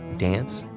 dance,